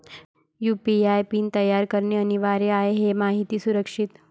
UPI PIN तयार करणे अनिवार्य आहे हे माहिती सुरक्षित